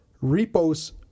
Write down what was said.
Repos